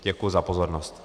Děkuji za pozornost.